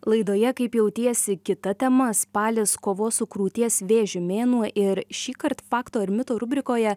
laidoje kaip jautiesi kita tema spalis kovos su krūties vėžiu mėnuo ir šįkart fakto ir mito rubrikoje